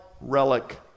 relic